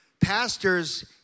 pastors